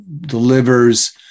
delivers